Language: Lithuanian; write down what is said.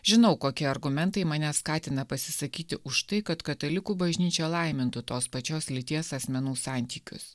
žinau kokie argumentai mane skatina pasisakyti už tai kad katalikų bažnyčia laimintų tos pačios lyties asmenų santykius